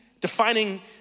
defining